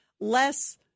less